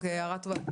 הערה טובה.